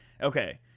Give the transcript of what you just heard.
Okay